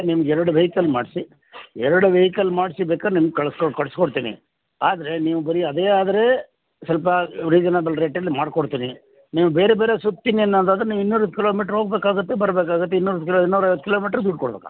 ನಿಮ್ಗೆ ಎರ್ಡು ವೆಹಿಕಲ್ ಮಾಡಿಸಿ ಎರ್ಡು ವೆಹಿಕಲ್ ಮಾಡಿಸಿ ಬೇಕಾರೆ ನಿಮ್ಗೆ ಕಳಿಸ್ಕೊ ಕಳಿಸ್ಕೊಡ್ತೀನಿ ಆದರೆ ನೀವು ಬರೀ ಅದೇ ಆದರೆ ಸ್ವಲ್ಪ ರಿಸನೇಬಲ್ ರೇಟಲ್ಲಿ ಮಾಡ್ಕೋತೀನಿ ನೀವು ಬೇರೆ ಬೇರೆ ಸುತ್ತಿ ಇನ್ನೇನಾದ್ರು ನೀವು ಇನ್ನೂರು ಮೀಟರ್ ಹೋಗ್ಬೇಕಾಗುತ್ತೆ ಬರಬೇಕಾಗುತ್ತೆ ಇನ್ನೂರ ಐವತ್ತು ಮೀಟರ್ ದುಡ್ಡು ಕೊಡಬೇಕಾಗುತ್ತೆ